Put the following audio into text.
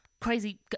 crazy